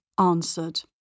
answered